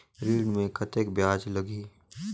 ऋण मे कतेक ब्याज लगही?